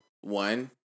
one